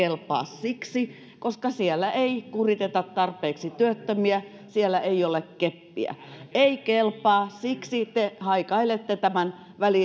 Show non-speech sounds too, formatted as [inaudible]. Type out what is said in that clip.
[unintelligible] kelpaa siksi että siellä ei kuriteta tarpeeksi työttömiä siellä ei ole keppiä eivät kelpaa siksi te haikailette tämän